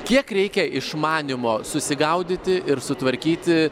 kiek reikia išmanymo susigaudyti ir sutvarkyti